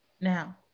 now